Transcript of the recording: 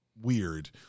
weird